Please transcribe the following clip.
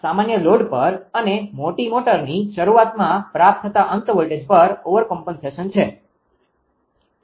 તેથી તે સામાન્ય લોડ પર અને મોટી મોટરની શરૂઆતમાં પ્રાપ્ત થતા અંત વોલ્ટેજ પર ઓવરકોમ્પેન્સેશન છે